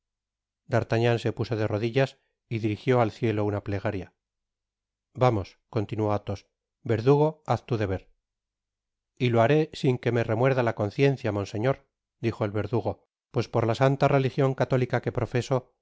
d'artagnan se puso de rodillas y dirigió al cielo una plegaria vamos continuó athos verdugo haz lu deber y lo haré sin que me remuerda la conciencia monseñor dijo el verdugo pues por la santa retigion católica que profeso